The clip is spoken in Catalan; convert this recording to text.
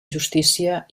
justícia